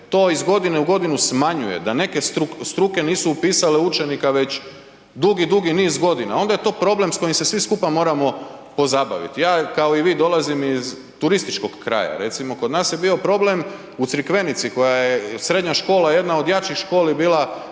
to iz godine u godinu smanjuje, da neke struke nisu upisale učenika već dugi, dugi niz godina, onda je to problem s kojim se svi skupa moramo pozabaviti. Ja, kao i vi dolazim iz turističkog kraja, recimo, kod nas je bio problem u Crikvenici koja je srednja škola jedna od jačih školi bila